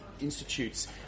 Institutes